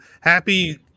happy